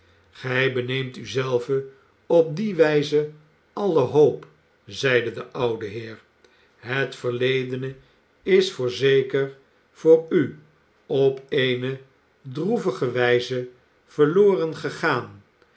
gij beneemt u zelve op die wijze alle hoop zeide de oude heer het verledene is voorzeker voor u op eene droevige wijze verloren gegaan